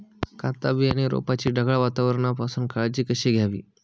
कांदा बियाणे रोपाची ढगाळ वातावरणापासून काळजी कशी घ्यावी?